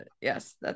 yes